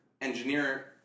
engineer